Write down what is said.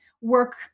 work